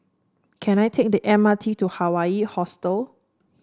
can I take the M R T to Hawaii Hostel